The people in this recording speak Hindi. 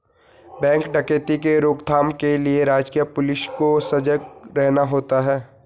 बैंक डकैती के रोक थाम के लिए राजकीय पुलिस को सजग रहना होता है